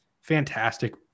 Fantastic